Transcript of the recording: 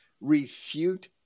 refute